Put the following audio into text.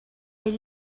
est